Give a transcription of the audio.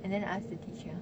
and then ask the teacher